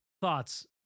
thoughts